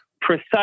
precise